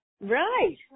Right